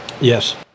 Yes